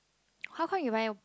how come you will